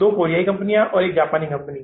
दो कोरियाई कंपनियां और एक जापानी कंपनी